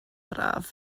braf